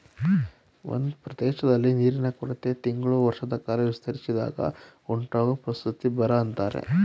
ಒಂದ್ ಪ್ರದೇಶ್ದಲ್ಲಿ ನೀರಿನ ಕೊರತೆ ತಿಂಗಳು ವರ್ಷದಕಾಲ ವಿಸ್ತರಿಸಿದಾಗ ಉಂಟಾಗೊ ಪರಿಸ್ಥಿತಿನ ಬರ ಅಂತಾರೆ